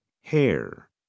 hair